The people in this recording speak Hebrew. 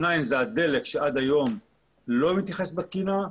הדלק שעד היום לא מתייחס בתקינה,